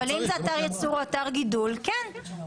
אבל אם זה אתר ייצור או אתר גידול אז כן,